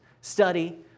Study